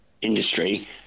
industry